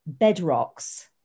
bedrocks